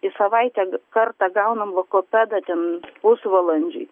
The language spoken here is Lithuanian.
į savaitę kartą gaunam logopedą ten pusvalandžiui